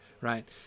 right